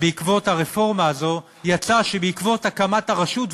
בעקבות הרפורמה הזאת יצא שבעקבות הקמת הרשות,